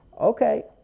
Okay